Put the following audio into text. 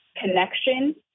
connection